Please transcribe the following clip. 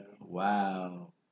Wow